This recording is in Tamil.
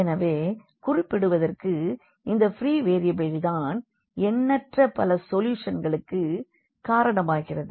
எனவே குறிப்பிடுவதற்கு இந்த ப்ரீ வேரியபிள்கள் தான் எண்ணற்ற பல சொல்யூஷன்களுக்கு காரணமாகிறது